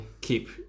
keep